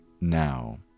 now